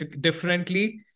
differently